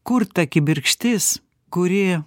kur ta kibirkštis kuri